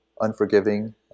unforgiving